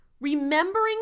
remembering